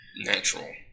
natural